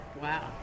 Wow